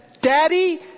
Daddy